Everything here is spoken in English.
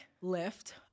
lift